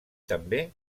també